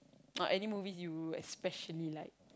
or any movie you especially like